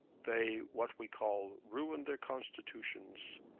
they what we call, ruined their constitutions,